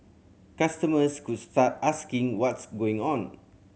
customers could start asking what's going on